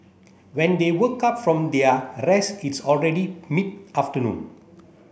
when they woke up from their rest it's already mid afternoon